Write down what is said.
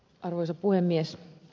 arvoisa puhemies